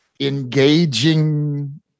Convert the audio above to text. engaging